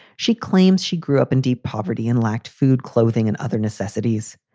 she claims she grew up in deep poverty and lacked food, clothing and other necessities.